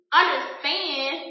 understand